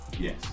yes